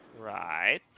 Right